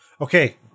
Okay